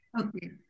Okay